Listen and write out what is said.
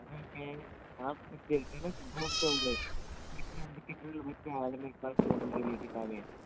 ज़्यादा क्या है आप खुद देखिये ना दो हफ्ते हो गए कितने लोग आए थे मेरे पास लेने के लिए किताबें